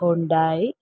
Hyundai